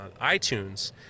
iTunes